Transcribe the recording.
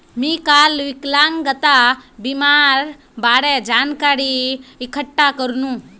मी काल विकलांगता बीमार बारे जानकारी इकठ्ठा करनु